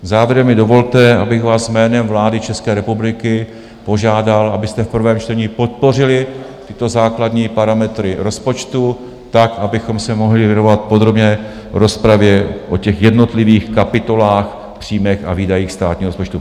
Závěrem mi dovolte, abych vás jménem vlády České republiky požádal, abyste v prvém čtení podpořili tyto základní parametry rozpočtu, abychom se mohli věnovat podrobné rozpravě o jednotlivých kapitolách, příjmech a výdajích státního rozpočtu.